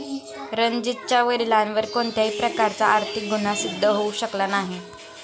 रणजीतच्या वडिलांवर कोणत्याही प्रकारचा आर्थिक गुन्हा सिद्ध होऊ शकला नाही